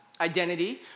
identity